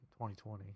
2020